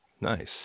nice